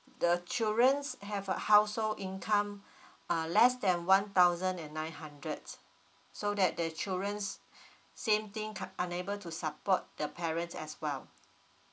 the childrens have a household income uh less than one thousand and nine hundred so that the children's same thing ca~ unable to support the parents as well